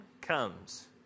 comes